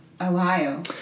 Ohio